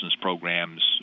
programs